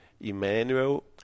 Emmanuel